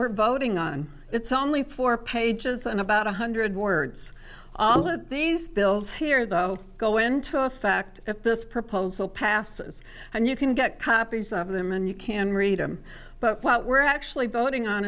we're voting on it's only four pages and about one hundred words all of these bills here though go into effect if this proposal passes and you can get copies of them and you can read them but what we're actually voting on